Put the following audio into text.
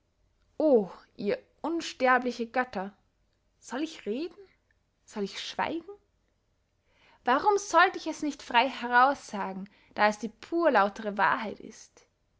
o ihr unsterbliche götter soll ich reden soll ich schweigen warum sollt ich es nicht frey heraus sagen da es die pur lautere wahrheit ist